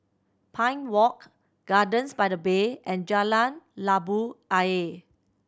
Pine Walk Gardens by the Bay and Jalan Labu Ayer